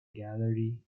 gallery